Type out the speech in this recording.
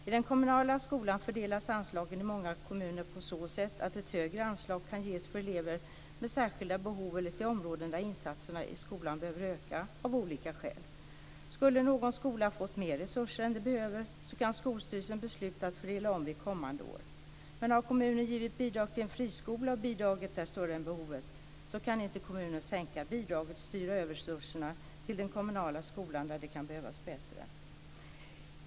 I den kommunala skolan fördelas anslagen i många kommuner på så sätt att ett högre anslag kan ges för elever med särskilda behov eller till områden där insatserna i skolan behöver öka av olika skäl. Skulle någon skola ha fått mer resurser än de behöver kan skolstyrelsen besluta att fördela om kommande år. Men har kommunen givit bidrag till en friskola och bidraget är större än behovet kan inte kommunen sänka bidraget och styra över resurserna till den kommunala skolan, där de kan behövas bättre.